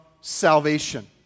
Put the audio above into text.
salvation